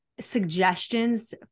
suggestions